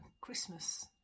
Christmas